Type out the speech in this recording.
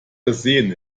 versehen